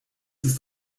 ist